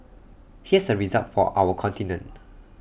here's A result for our continent